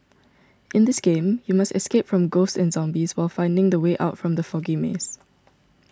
in this game you must escape from ghosts and zombies while finding the way out from the foggy maze